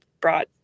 brought